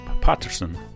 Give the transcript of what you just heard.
Patterson